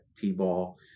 t-ball